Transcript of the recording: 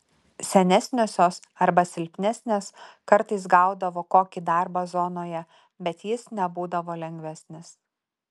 senesniosios arba silpnesnės kartais gaudavo kokį darbą zonoje bet jis nebūdavo lengvesnis